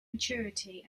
maturity